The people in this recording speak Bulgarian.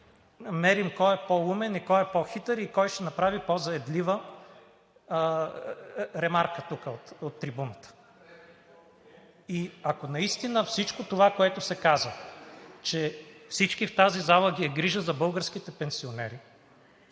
мерим кой е по-умен и кой е по-хитър, и кой ще направи по-заядлива ремарка тук от трибуната. И ако наистина всичко това, което се каза, че всички в тази зала ги е грижа за българските пенсионери,